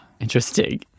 Interesting